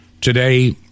Today